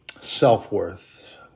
self-worth